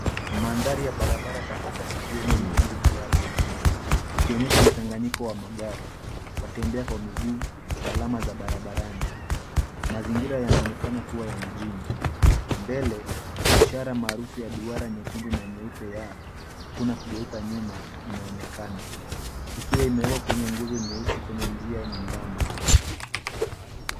Mandhari ya barabara katika siku yenye mawingu kiasi, ikionyesha mchanganyiko wa magari, watembea kwa miguu na alama za barabarani. Mazingira yanaonekana kuwa ya mjini. Mbele, ishara maarufu ya duara nyekundu na nyeupe ya, Hakuna kugeuka nyuma, inaonekana. Ikiwa imewekwa kwenye nguzo nyeusi kwenye njia ya nyembamba.